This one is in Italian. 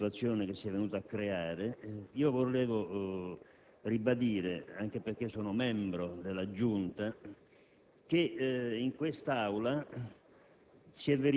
situazione che si è venuta a creare. Vorrei ribadire, anche perché sono membro della Giunta, che ieri in quest'Aula